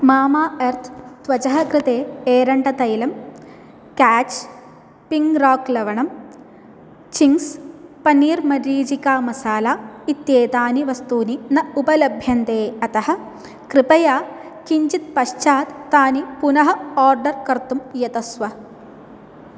मामा earth त्वचः कृते एरण्डतैलम् केच् पिङ्ग् राक् लवणम् चिङ्ग्स् पन्नीर् मरीचिका मसाला इत्येतानि वस्तूनि न उपलभ्यन्ते अतः कृपया किञ्चित् पश्चात् तानि पुनः आर्डर् कर्तुं यतस्व